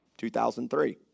2003